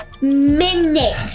minute